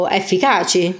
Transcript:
efficaci